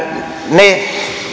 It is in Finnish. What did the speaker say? ne